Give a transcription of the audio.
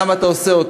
למה אתה עושה אותו.